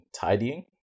tidying